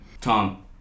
Tom